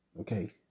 Okay